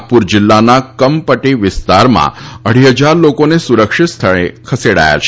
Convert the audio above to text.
નાગપુર જીલ્લાના કમપટી વિસ્તારમાં અઢી હજાર લોકોને સુરક્ષીત સ્થાને ખસેડાયા છે